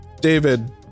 David